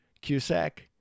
Cusack